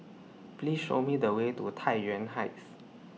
Please Show Me The Way to Tai Yuan Heights